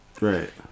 Right